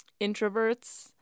introverts